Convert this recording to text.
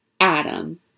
adam